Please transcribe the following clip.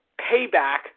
Payback